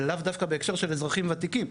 לאו דווקא בהקשר של אזרחים וותיקים,